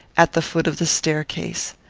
at the foot of the staircase.